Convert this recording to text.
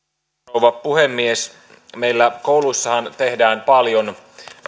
rouva puhemies meillä kouluissahan tehdään paljon